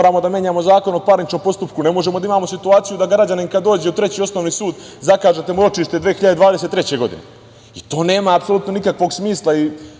moramo da menjamo Zakon o parničnim postupkom. Ne možemo da imamo situaciju da građanin kada dođe u Treći osnovni sud, zakažete mu ročište 2023. godine, to nema apsolutno nikakvog smisla.